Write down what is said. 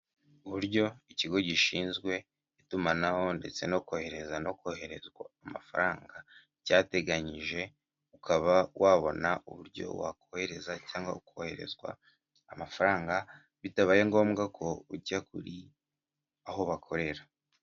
Uburyo ikigo gishinzwe itumanaho ndetse no kohereza no koherezwa amafaranga cyateganyije ukaba wabona uburyo wakohereza cyangwa ukoherezwa amafaranga bitabaye ngombwa ko ujya kuri aho bakorera.